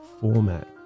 format